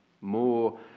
More